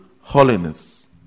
holiness